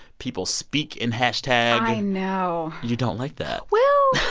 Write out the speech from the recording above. people speak in hashtag i know you don't like that well.